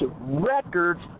records